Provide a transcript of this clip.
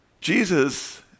Jesus